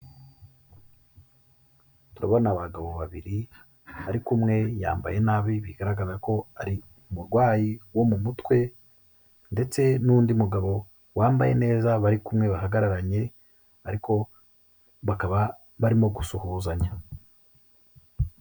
Turabona abagabo babiri, ari ko umwe yambaye nabi bigaragaza ko ari umurwayi wo mu mutwe ndetse n'undi mugabo wambaye neza bari kumwe bahagararanye, ariko bakaba barimo gusuhuzanya.